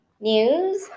news